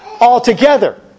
altogether